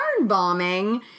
bombing